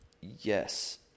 Yes